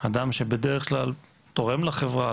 אדם שבדרך כלל תורם לחברה,